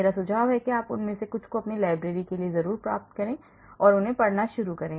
मेरा सुझाव है कि आप उनमें से कुछ को अपनी लाइब्रेरी के लिए प्राप्त करें और उन्हें पढ़ना शुरू करें